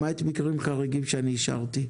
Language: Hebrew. למעט מקרים חריגים שאישרתי.